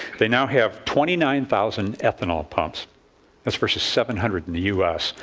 they now have twenty nine thousand ethanol pumps this versus seven hundred in the u s,